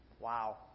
Wow